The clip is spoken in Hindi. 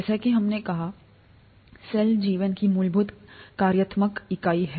जैसा कि हमने कहा सेल जीवन की मूलभूत कार्यात्मक इकाई है